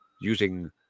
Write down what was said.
using